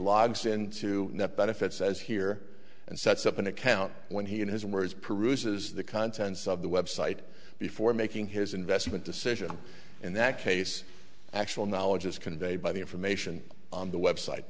logs into net benefit says here and sets up an account when he in his words peruses the contents of the website before making his investment decision in that case actual knowledge is conveyed by the information on the website